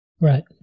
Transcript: right